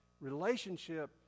Relationship